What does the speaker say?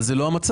אבל זה לא המצב.